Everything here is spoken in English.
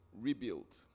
rebuilt